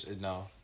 no